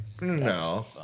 no